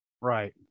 Right